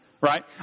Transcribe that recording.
Right